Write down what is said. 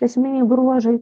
esminiai bruožai